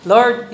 Lord